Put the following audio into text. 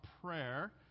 prayer